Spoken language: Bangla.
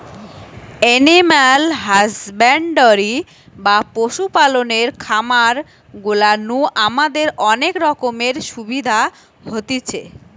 এনিম্যাল হাসব্যান্ডরি বা পশু পালনের খামার গুলা নু আমাদের অনেক রকমের সুবিধা হতিছে